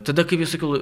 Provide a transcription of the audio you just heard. tada kaip jau sakiau